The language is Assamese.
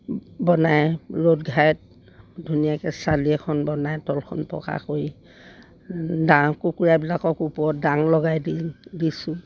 বনাই ৰ'দঘাইত ধুনীয়াকৈ চালি এখন বনাই তলখন পকা কৰি ডাঙৰ কুকুৰাবিলাকক ওপৰত দাং লগাই দি দিছোঁ